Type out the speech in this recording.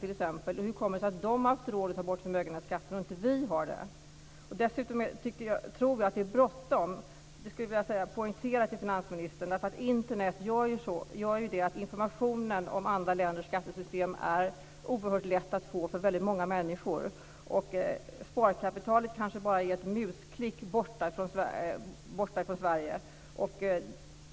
Hur kommer det sig att de har haft råd att ta bort förmögenhetsskatten och inte vi? Dessutom tror jag att det är bråttom. Det skulle jag vilja poängtera för finansministern. Internet gör nämligen att informationen om andra länders skattesystem är oerhört lätt att få för väldigt många människor. Sparkapitalet kanske bara är ett musklick borta från Sverige.